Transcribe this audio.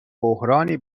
بحرانی